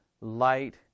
light